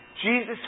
Jesus